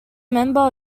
member